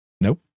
Nope